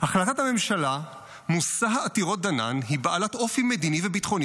"החלטת הממשלה מושא העתירות דנן היא בעלת אופי מדיני וביטחוני